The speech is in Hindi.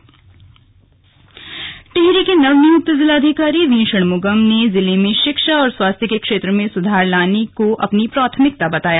स्लग नवनियुक्त जिलाधिकारी टिहरी के नवनियुक्त जिलाधिकारी वी षणमुगम ने जिले में शिक्षा और स्वास्थ्य के क्षेत्र में सुधार लाने को अपनी प्राथमिकता बताया